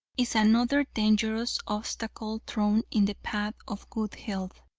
is another dangerous obstacle thrown in the path of good health.